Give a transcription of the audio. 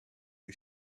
you